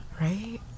right